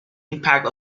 impact